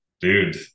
dude